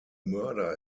murder